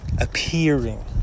Appearing